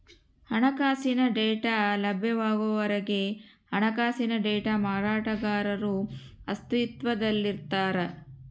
ಹಣಕಾಸಿನ ಡೇಟಾ ಲಭ್ಯವಾಗುವವರೆಗೆ ಹಣಕಾಸಿನ ಡೇಟಾ ಮಾರಾಟಗಾರರು ಅಸ್ತಿತ್ವದಲ್ಲಿರ್ತಾರ